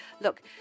look